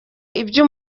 ibyo